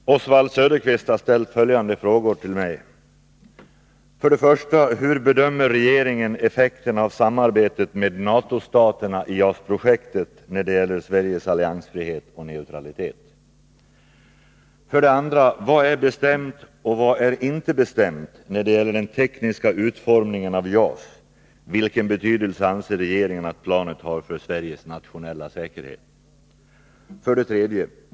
Fru talman! Oswald Söderqvist har ställt följande frågor till mig. 1. Hur bedömer regeringen effekterna av samarbetet med NATO-staterna i JAS-projektet när det gäller Sveriges alliansfrihet och neutralitet? 2. Vad är bestämt och vad är inte bestämt när det gäller den tekniska utformningen av JAS och vilken betydelse anser regeringen att planet har för Sveriges nationella säkerhet? 3.